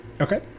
Okay